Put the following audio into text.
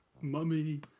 mummy